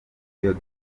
your